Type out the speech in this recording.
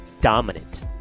dominant